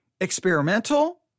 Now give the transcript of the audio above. experimental